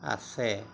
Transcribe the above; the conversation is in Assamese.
আছে